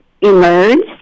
emerged